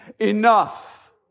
Enough